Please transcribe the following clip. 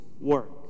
work